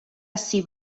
ací